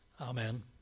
Amen